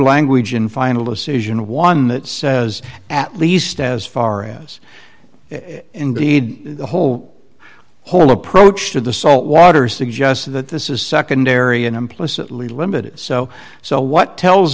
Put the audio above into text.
language in final decision one that says at least as far as indeed the whole whole approach to the salt water suggests that this is secondary and implicitly limited so so what tells